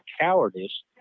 cowardice